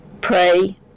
Pray